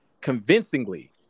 convincingly